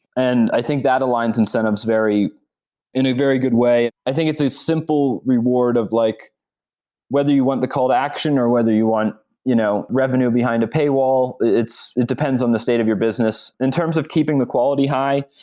and i think that aligns incentives in a very good way. i think it's a simple reward of like whether you want the call to action, or whether you want you know revenue behind a pay wall. it depends on the state of your business in terms of keeping the quality high,